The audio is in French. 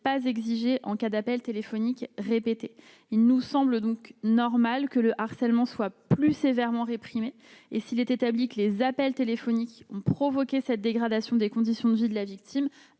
pas exigé en cas d'appels téléphoniques répétés, il nous semble donc normal que le harcèlement soit plus sévèrement réprimées et s'il est établi que les appels téléphoniques ont provoqué cette dégradation des conditions de vie de la victime,